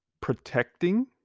protecting